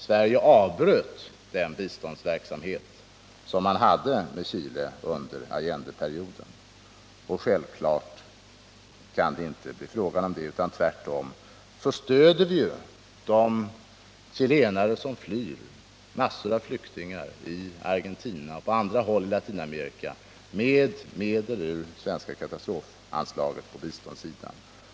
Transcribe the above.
Sverige avbröt den biståndsverksamhet som vi hade med Chile under Allendeperioden, och självfallet kan det inte nu bli fråga om något bistånd; tvärtom stöder vi ju de chilenare som flyr därifrån — det finns massor av chilenare i Argentina och på andra håll i Latinamerika — med medel ur det svenska katastrofanslaget på biståndssidan.